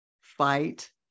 fight